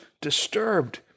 disturbed